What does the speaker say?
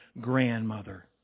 grandmother